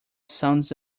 sounds